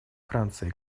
франции